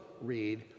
read